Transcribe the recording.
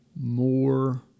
more